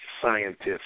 scientists